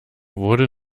wurde